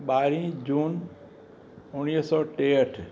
ॿारहीं जून उणिवीह सौ टेहठि